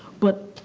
but,